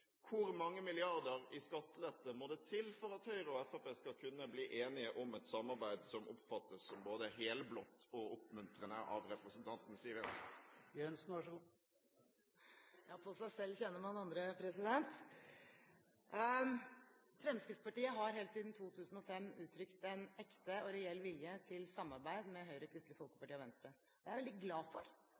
hvor mange milliarder kroner mer i skattelette må det til for at Høyre og Fremskrittspartiet skal bli enige om et samarbeid som oppfattes både helblått og oppmuntrende av representanten Siv Jensen? Ja, på seg selv kjenner man andre. Fremskrittspartiet har helt siden 2005 uttrykt en ekte og reell vilje til samarbeid med Høyre, Kristelig Folkeparti og Venstre. Jeg er veldig glad for